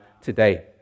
today